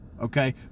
okay